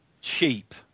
Cheap